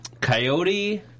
coyote